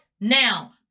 now